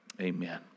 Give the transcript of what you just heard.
amen